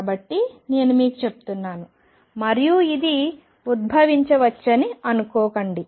కాబట్టి ఇది నేను మీకు చెప్తున్నాను మరియు ఇది ఉద్భవించవచ్చని అనుకోకండి